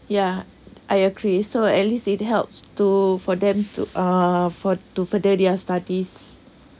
ya I agree so at least it helps to for them to uh for to further their studies